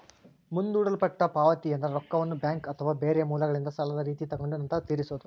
ಮುಂದೂಡಲ್ಪಟ್ಟ ಪಾವತಿಯೆಂದ್ರ ರೊಕ್ಕವನ್ನ ಬ್ಯಾಂಕ್ ಅಥವಾ ಬೇರೆ ಮೂಲಗಳಿಂದ ಸಾಲದ ರೀತಿ ತಗೊಂಡು ನಂತರ ತೀರಿಸೊದು